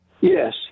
Yes